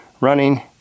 running